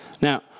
Now